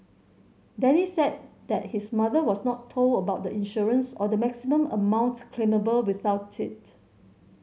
Denny said that his mother was not told about the insurance or the maximum amount claimable without it